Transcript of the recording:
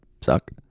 suck